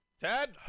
ted